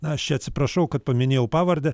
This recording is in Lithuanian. aš atsiprašau kad paminėjau pavardę